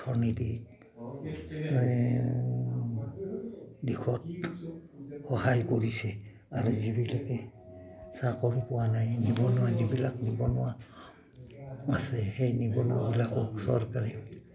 অৰ্থনৈতিক এই দিশত সহায় কৰিছে আৰু যিবিলাকে চাকৰি পোৱা নাই নিবনুৱা যিবিলাক নিবনুৱা আছে সেই নিবনুৱাবিলাকক চৰকাৰে